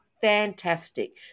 Fantastic